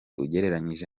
ugereranyije